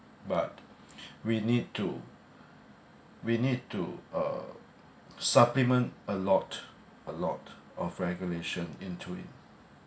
but we need to we need to uh supplement a lot a lot of regulation into it